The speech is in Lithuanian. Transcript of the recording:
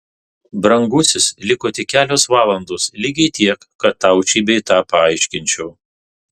brangusis liko tik kelios valandos lygiai tiek kad tau šį bei tą paaiškinčiau